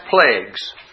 plagues